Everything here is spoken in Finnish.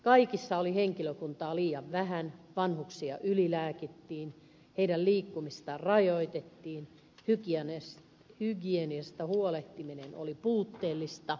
kaikissa oli henkilökuntaa liian vähän vanhuksia ylilääkittiin heidän liikkumistaan rajoitettiin hygieniasta huolehtiminen oli puutteellista ja niin edelleen